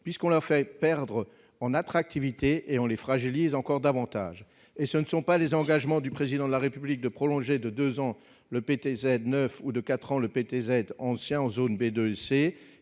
puisqu'on leur fait perdre en attractivité et on les fragilise encore davantage et ce ne sont pas les engagements du président de la République de prolonger de 2 ans, le PTZ neuf ou de 4 ans le PTZ ancien en zone B2,